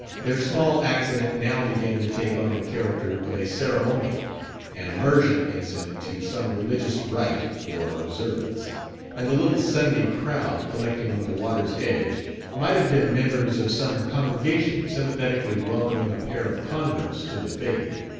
their small accident now began to take on the character of a ceremonial an immersion incident to some religious rite or observance and the little sunday crowd collecting on the water's edge might have been members of some congregation sympathetically welcoming a pair of converts to the faith.